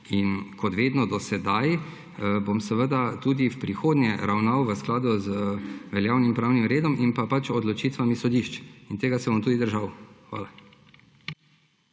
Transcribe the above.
Kot vedno do sedaj bom tudi v prihodnje ravnal v skladu z veljavnim pravnim redom in odločitvami sodišč. Tega se bom držal. Hvala.